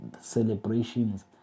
celebrations